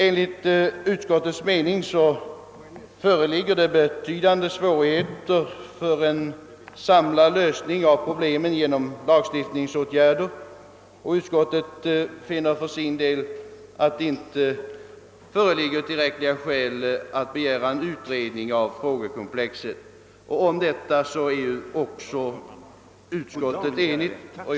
Enligt utskottets mening möter det betydande svårigheter att åstadkomma en samlad lösning av problemen genom lagstiftningsåtgärder, och utskottet finner för sin del att det inte föreligger tillräckliga skäl att begära en utredning av frågekomplexet. Om detta ställningstagande är utskottet enigt. Herr talman!